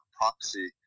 proxy